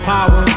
Power